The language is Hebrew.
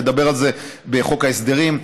נדבר על זה בחוק ההסדרים,